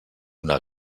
una